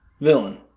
villain